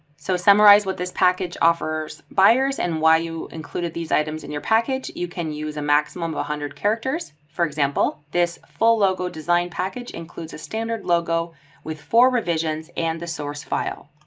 so summarize what this package offers buyers and why you included these items in your package, you can use a maximum of one hundred characters. for example, this full logo design package includes a standard logo with four revisions and the source file.